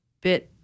bit